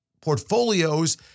portfolios